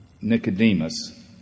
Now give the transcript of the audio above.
Nicodemus